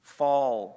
fall